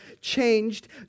changed